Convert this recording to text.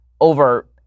over